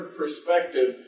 perspective